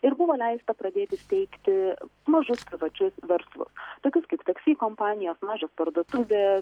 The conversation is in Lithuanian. ir buvo leista pradėti steigti mažus privačius verslus tokius kaip taksi kompanijos mažos parduotuvės